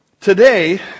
Today